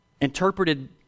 interpreted